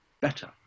better